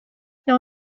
now